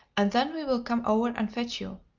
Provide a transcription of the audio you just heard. and then we will come over and fetch you.